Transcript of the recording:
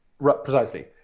precisely